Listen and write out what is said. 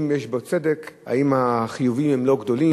אם יש בו צדק, אם החיובים הם לא גדולים.